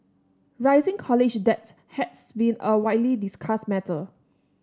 rising college debt has been a widely discussed matter